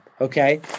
Okay